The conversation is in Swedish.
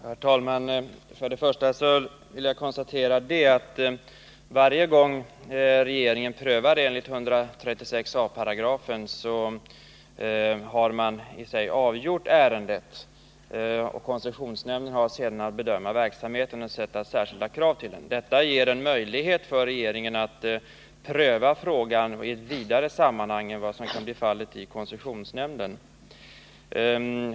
Herr talman! För.det första vill jag konstatera att varje gång regeringen prövar enligt 136 a § har den i sig att avgöra ärendet. Koncessionsnämnden har sedan att bedöma verksamheten och sätta upp särskilda krav för den. Detta ger en möjlighet för regeringen att pröva frågan i ett vidare sammanhang än vad som kan bli fallet i koncessionsnämnden.